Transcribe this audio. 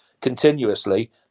continuously